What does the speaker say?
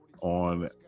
on